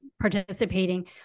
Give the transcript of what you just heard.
participating